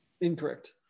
Incorrect